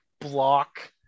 block